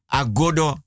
agodo